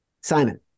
Simon